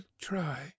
try